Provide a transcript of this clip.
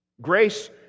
Grace